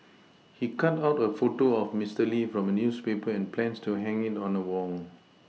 he cut out a photo of Mister Lee from a newspaper and plans to hang it on a Wall